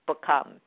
become